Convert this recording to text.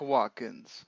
Watkins